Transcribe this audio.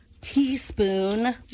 Teaspoon